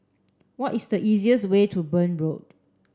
what is the easiest way to Burn Road